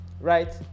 right